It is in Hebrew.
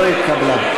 לא התקבלה.